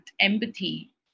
empathy